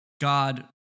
god